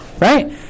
right